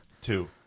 two